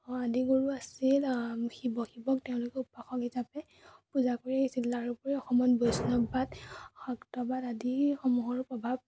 আদিগুৰু আছিল শিৱ শিৱক তেওঁলোকে উপাসক হিচাপে পূজা কৰি আহিছিল তাৰোপৰি অসমত বৈষ্ণৱবাদ শাক্তবাদ আদিসমূহৰো প্ৰভাৱ